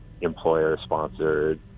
employer-sponsored